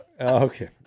Okay